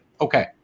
Okay